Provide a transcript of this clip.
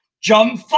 jump